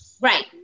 Right